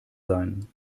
sein